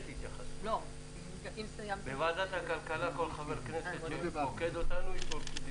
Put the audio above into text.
לא רק שהם לא לחצו על הברקס,